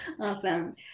Awesome